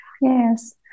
yes